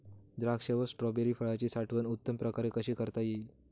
द्राक्ष व स्ट्रॉबेरी फळाची साठवण उत्तम प्रकारे कशी करता येईल?